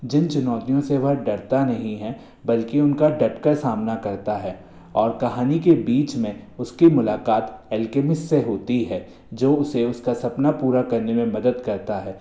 जिन चुनौतियों से वह डरता नहीं है बल्कि उनका डट कर सामना करता है और कहानी के बीच में उसकी मुलाकात अल्केमिस से होती है जो उसे उसका सपना पूरा करने में मदद करता है